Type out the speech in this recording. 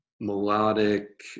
melodic